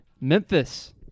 Memphis